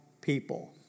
people